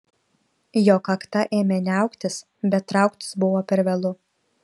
jo kakta ėmė niauktis bet trauktis buvo per vėlu